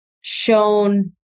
shown